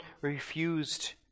refused